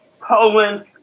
Poland